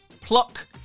Pluck